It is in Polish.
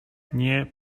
nie